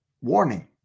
Warning